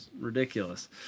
ridiculous